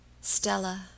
Stella